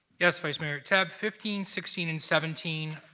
yes, vice mayor. tab fifteen, sixteen, and seventeen,